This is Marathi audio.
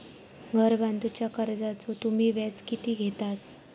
घर बांधूच्या कर्जाचो तुम्ही व्याज किती घेतास?